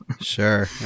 Sure